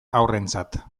haurrentzat